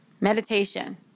meditation